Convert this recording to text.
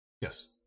Yes